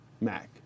Mac